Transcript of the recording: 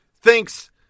thinks